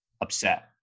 upset